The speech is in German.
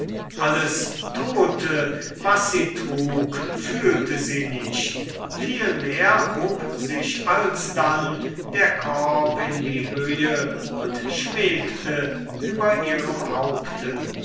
alles tote was sie trug fühlte sie nicht vielmehr hob sich alsdann der korb in die höhe und schwebte über ihrem haupte